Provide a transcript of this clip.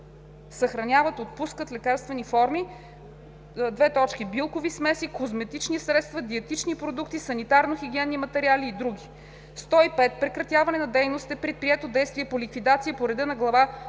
съхраняват, отпускат лекарствени форми; билкови смеси, козметични средства, диетични продукти, санитарно-хигиенни материали и други. 105. „Прекратяване на дейност“ е предприето действие по ликвидация по реда на глава